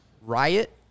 riot